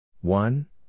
one